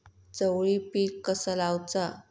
चवळी पीक कसा लावचा?